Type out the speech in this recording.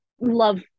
love